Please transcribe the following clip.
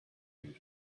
you